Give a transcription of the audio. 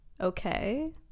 okay